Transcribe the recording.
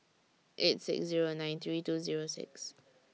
eight six Zero nine three two Zero six